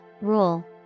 rule